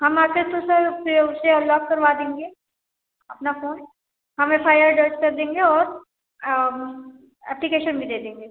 हम आते हैं तो सर फिर उसको अनलॉक करवा देंगे अपना फ़ोन हम एफ़ आई आर दर्ज कर देंगे और ऐप्लीकेशन भी दे देंगे